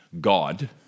God